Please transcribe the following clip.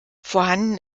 vorhanden